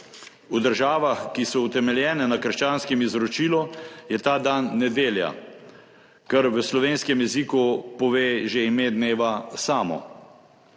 V državah, ki so utemeljene na krščanskem izročilu, je ta dan nedelja, kar v slovenskem jeziku pove že ime dneva samo.